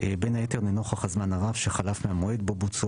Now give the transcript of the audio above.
בין היתר לנוכח הזמן הרב שחלף מהמועד בו בוצעו